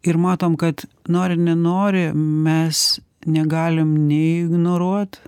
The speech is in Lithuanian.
ir matom kad nori nenori mes negalim neignoruot